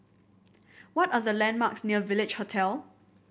what are the landmarks near Village Hotel